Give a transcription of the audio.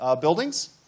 buildings